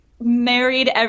married